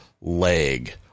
leg